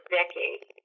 decades